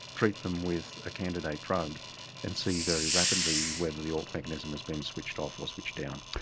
treat them with a candidate drug and see very rapidly whether the alt mechanism is being switched off, or switched down.